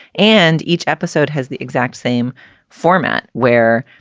and each episode has the exact same format where,